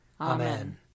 Amen